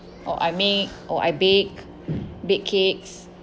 or I make or I bake bake cakes